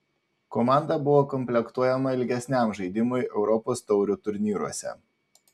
komanda buvo komplektuojama ilgesniam žaidimui europos taurių turnyruose